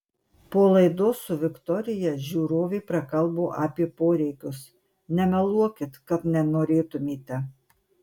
po laidos su viktorija žiūrovė prakalbo apie poreikius nemeluokit kad nenorėtumėte